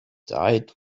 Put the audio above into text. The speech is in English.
died